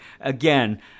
again